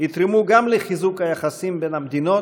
יתרמו גם לחיזוק היחסים בין המדינות,